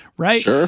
right